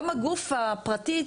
גם הגוף הפרטי,